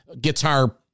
guitar